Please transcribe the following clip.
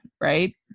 right